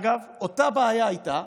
אגב, אותה בעיה הייתה